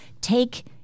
take